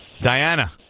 Diana